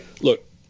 look